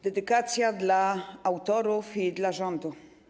Dedykacja dla autorów i dla rządu.